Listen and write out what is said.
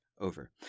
Over